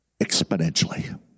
exponentially